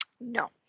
No